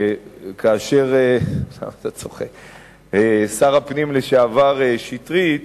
כאשר שר הפנים לשעבר שטרית